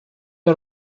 are